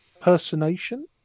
personation